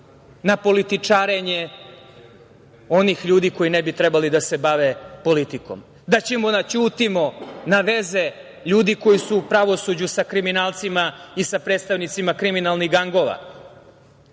na političarenje onih ljudi koji ne bi trebali da se bave politikom, da ćemo da ćutimo na veze ljudi koji su u pravosuđu sa kriminalcima i sa predstavnicima kriminalnih gangova.